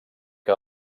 que